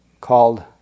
called